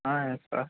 yes sir